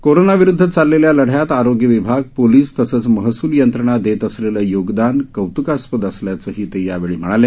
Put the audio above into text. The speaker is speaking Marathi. कोरोनाविरुदध चाललेल्या लढ़यात आरोग्य विभाग पोलीस तसंच महसूल यंत्रणा देत असलेलं योगदान कौत्कास्पद असल्याचं ते यावेळी म्हणाले